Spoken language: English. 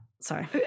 sorry